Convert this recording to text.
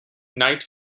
night